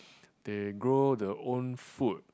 they grow the own food